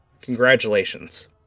Congratulations